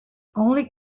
only